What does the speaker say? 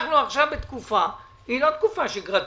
עכשיו אנחנו בתקופה שהיא לא תקופה שגרתית,